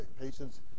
Patients